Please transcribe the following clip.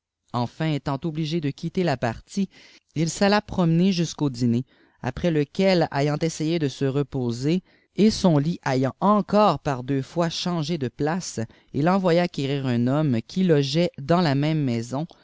enfin étant obligé de quitter ïa iârtie îl i ail'à prbiiiener jusqu'au dîner après lequel ayant essàjé de e l'êôâèt et son lit ayânï èncdï'è par deux fois changé de place il ërivovà quérir un homme qui logeait dans la même maison